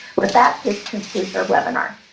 with that, this concludes our webinar.